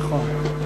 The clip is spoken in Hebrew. נכון.